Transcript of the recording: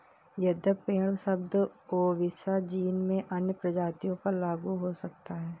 यद्यपि भेड़ शब्द ओविसा जीन में अन्य प्रजातियों पर लागू हो सकता है